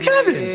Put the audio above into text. Kevin